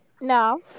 No